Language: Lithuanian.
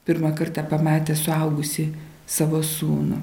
pirmą kartą pamatė suaugusį savo sūnų